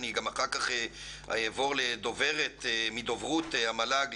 אני אחר כך אעבור גם לדוברת מדוברות המל"ג,